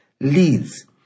leads